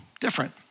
different